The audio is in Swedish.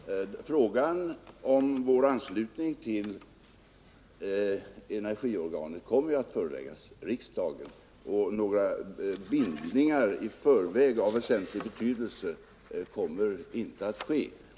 Herr talman! Frågan om vår anslutning till energiorganet kommer ju att föreläggas riksdagen. Några bindningar i förväg av väsentlig betydelse kommer inte att ske.